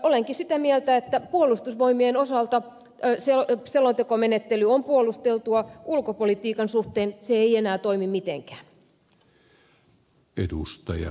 olenkin sitä mieltä että puolustusvoimien osalta selontekomenettely on puolusteltua ulkopolitiikan suhteen se ei enää toimi mitenkään